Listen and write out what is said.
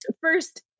first